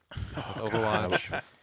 Overwatch